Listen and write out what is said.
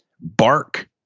bark